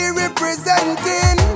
representing